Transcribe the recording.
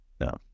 No